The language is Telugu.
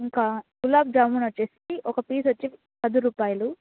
ఇంకా గులాబ్ జామూన్ వచ్చేసి ఒక పీస్ వచ్చి పది రూపాయలు